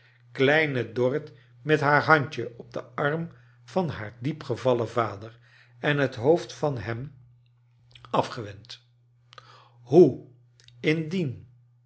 kleine dorrit met haar handje op den arm van haar diep gevallen vader en bet hoofd van hem afgewend hoe indien